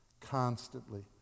constantly